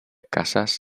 casas